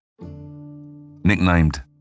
Nicknamed